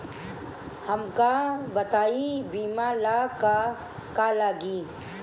हमका बताई बीमा ला का का लागी?